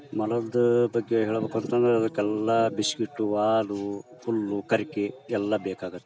ಮೊಲದ್ದು ಬಗ್ಗೆ ಹೇಳ್ಬೇಕಂತಂದ್ರೆ ಅದಕ್ಕೆಲ್ಲ ಬಿಷ್ಕಿಟ್ಟು ಹಾಲು ಹುಲ್ಲು ಗರ್ಕೆ ಎಲ್ಲ ಬೇಕಾಗುತ್ತೆ